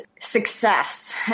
success